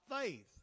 faith